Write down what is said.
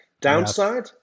downside